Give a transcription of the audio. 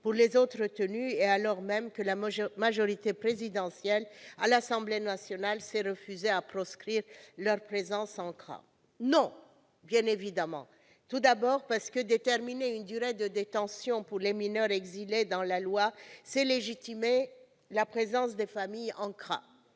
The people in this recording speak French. pour les autres personnes retenues et que la majorité présidentielle, à l'Assemblée nationale, s'est refusée à proscrire leur présence en CRA ? Non, bien évidemment ! D'une part, déterminer une durée de rétention pour les mineurs exilés dans la loi, c'est légitimer la présence des familles en CRA.